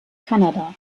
kanada